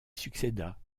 succéda